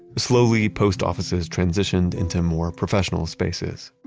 slowly, post offices transitioned into more professional spaces